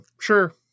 sure